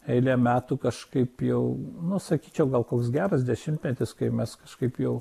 eilę metų kažkaip jau nu sakyčiau gal koks geras dešimtmetis kai mes kažkaip jau